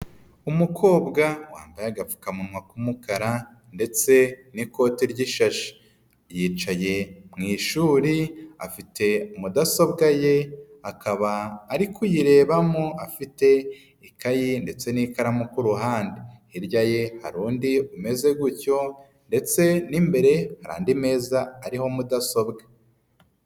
Umukobwa wambaye agapfukamunwa k'umukara ndetse n'ikote ry'ishashi, yicaye mu ishuri afite mudasobwa ye akaba ari kuyirebamo afite ikaye ndetse n'ikaramu ku ruhande, hirya ye hari undi umeze gutyo ndetse n'imbere hari andi meza ariho mudasobwa.